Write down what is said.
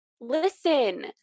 Listen